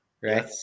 right